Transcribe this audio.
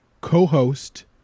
co-host